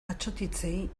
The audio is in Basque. atsotitzei